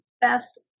best